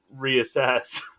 reassess